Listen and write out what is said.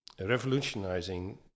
revolutionizing